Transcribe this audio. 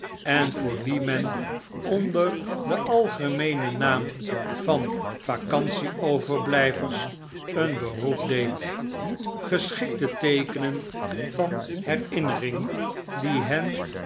en voor wie men onder den algemeenen naam van vacantie overblijvers een beroep deed geschikte teekenen van herinnering die hen